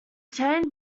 chain